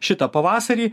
šitą pavasarį